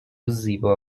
زیبا